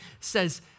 says